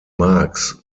marx